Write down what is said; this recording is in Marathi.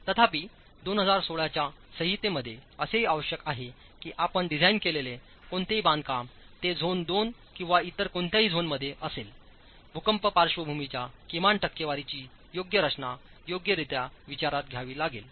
तथापि 2016 च्या संहितेमध्ये असेही आवश्यक आहे की आपण डिझाइन केलेले कोणतेही बांधकाम ते झोन II किंवाइतरकोणत्याहीझोनमध्ये असेल भूकंप पार्श्वभूमीच्या किमान टक्केवारीची योग्य रचना योग्यरित्या विचारात घ्यावी लागेल